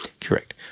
Correct